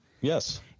yes